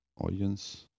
audience